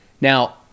Now